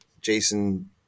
Jason